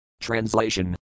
Translation